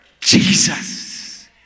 Jesus